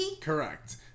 Correct